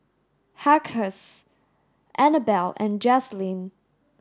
Anabel and Jazlene